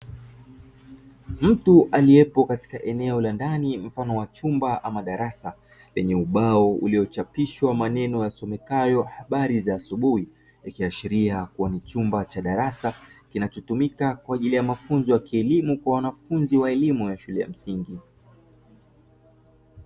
Mtu aliyepo katika eneo la ndani mfano wa chumba ama darasa, lenye ubao uliochapishwa maneno yasomekayo 'habari za asubuhi', yakiashiria kuwa ni chumba cha darasa kinachotumika kwaajili ya mafunzo ya kielimu kwa wanafunzi wa elimu ya shule ya msingi.